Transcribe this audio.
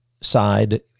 side